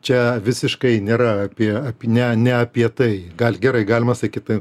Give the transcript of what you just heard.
čia visiškai nėra apie ap ne ne apie tai gal gerai galima sakyti tai